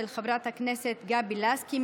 של חברת הכנסת גבי לסקי.